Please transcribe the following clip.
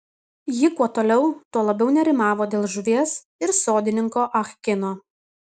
ji kuo toliau tuo labiau nerimavo dėl žuvies ir sodininko ah kino